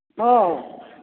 ହଁ